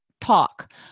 talk